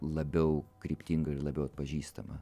labiau kryptinga ir labiau atpažįstama